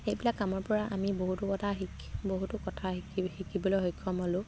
সেইবিলাক কামৰ পৰা আমি বহুতো কথা শিকি বহুতো কথা শিকি শিকিবলৈ সক্ষম হ'লোঁ